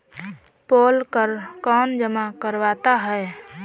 पोल कर कौन जमा करवाता है?